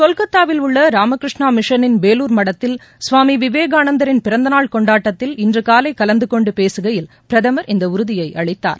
கொல்கத்தாவில் உள்ள ராமகிருஷ்ணா மிஷனின் பேலூர் மடத்தில் கவாமி விவேகானந்தரின் பிறந்தநாள் கொண்டாட்டத்தில் இன்று காலை கலந்துகொண்டு பிரதமர் பேககையில் பிரதமர் இந்த உறுதியை அளித்தார்